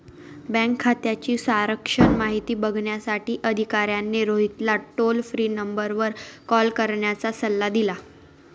bank खात्याची सारांश माहिती बघण्यासाठी अधिकाऱ्याने रोहितला टोल फ्री नंबरवर कॉल करण्याचा सल्ला दिला